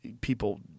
people